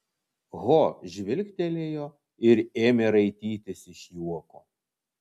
ho žvilgtelėjo ir ėmė raitytis iš juoko